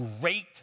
great